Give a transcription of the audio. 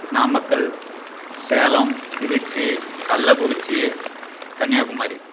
Namakkal Salem Tiruchi Kallakurichi Kanyakumari